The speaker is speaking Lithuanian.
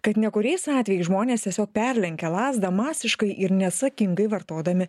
kad ne kuriais atvejais žmonės tiesiog perlenkia lazdą masiškai ir neatsakingai vartodami